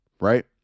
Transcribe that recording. right